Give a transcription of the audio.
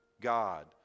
God